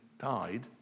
died